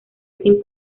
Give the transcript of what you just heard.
sin